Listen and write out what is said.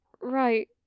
Right